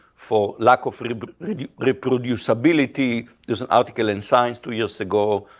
for lack of reproducibility. there's an article in science two years ago.